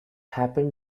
happened